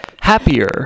happier